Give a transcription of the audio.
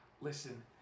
Listen